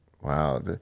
Wow